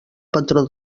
patró